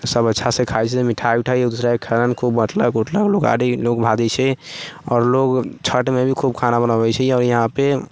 सब अच्छासँ खाइ छै मिठाई उठाई एक दोसराके अइठाम खूब बँटलक आओर लोग छठमे भी खूब खाना पीना बनबै छै आओर यहाँपर